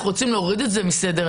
אנחנו רוצים להוריד את זה מסדר-היום,